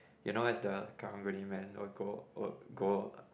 you know as the Karang-Guni man will go will go